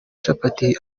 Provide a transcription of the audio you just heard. capati